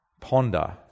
Ponder